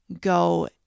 go